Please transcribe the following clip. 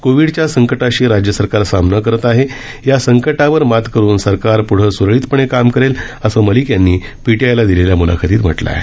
कोविडच्या संकटाशी राज्य सरकार सामना करत आहे या संकटावर मात करून सरकार सुरळीतपणे काम करेल असं मलिक यांनी पीटीआयला दिलेल्या म्लाखतीत म्हटलं आहे